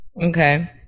okay